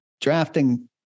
drafting